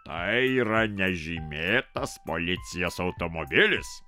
tai yra nežymėtas policijos automobilis